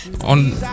On